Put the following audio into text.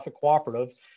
cooperative